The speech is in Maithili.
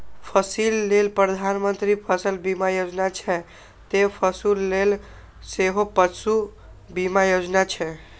फसिल लेल प्रधानमंत्री फसल बीमा योजना छै, ते पशु लेल सेहो पशु बीमा योजना छै